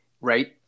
right